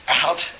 out